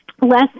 less